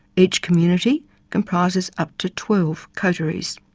each community comprises up to twelve coteries.